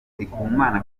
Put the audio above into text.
ndikumana